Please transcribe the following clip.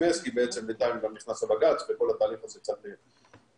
התמסמס כי בעצם בינתיים גם נכנס הבג"צ וכל התהליך הזה קצת נתקע.